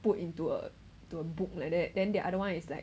put into a a book like that then the other one is like